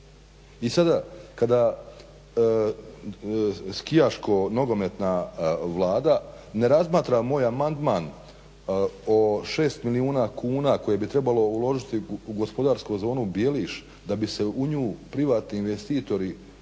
I sada kada skijaško nogometna Vlada ne razmatra moj amandman o šest milijuna kuna koje bi trebalo uložiti u gospodarsku zonu Bjeliš, da bi se u nju privatni investitori